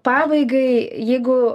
pabaigai jeigu